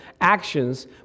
actions